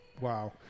Wow